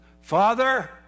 Father